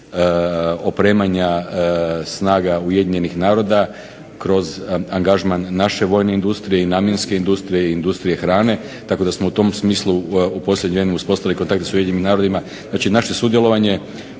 opremanja snaga UN-a kroz angažman naše vojne industrije i namjenske industrije i industrije hrane. Tako da smo u tom smislu u posljednje vrijeme uspostavili kontakte s UN-om. Znači, naše sudjelovanje